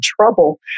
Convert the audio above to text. trouble